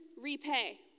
repay